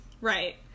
Right